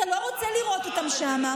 אתה לא רוצה לראות אותם שם,